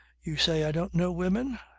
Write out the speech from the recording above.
you say i don't know women.